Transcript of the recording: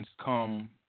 come